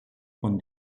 con